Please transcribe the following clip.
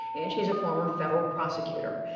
and she's a former federal prosecutor.